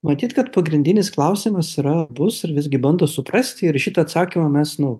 matyt kad pagrindinis klausimas yra bus ir visgi bando suprasti ir šitą atsakymą mes nu